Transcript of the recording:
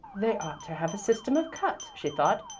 they ought to have a system of cuts, she thought.